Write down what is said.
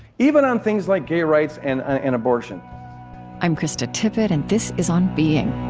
even on things like gay rights and ah and abortion i'm krista tippett, and this is on being